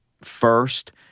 first